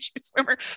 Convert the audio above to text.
Swimmer